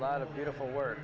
a lot of beautiful wor